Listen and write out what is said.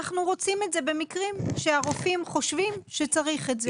אנחנו רוצים את זה במקרים שהרופאים חושבים שצריך את זה.